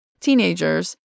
teenagers